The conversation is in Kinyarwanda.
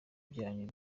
byanyu